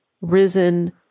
risen